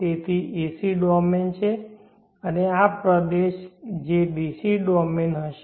તેથી તે AC domain છે અને આ પ્રદેશ એ DC ડોમેન હશે